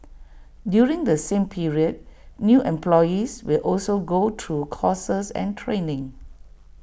during the same period new employees will also go through courses and training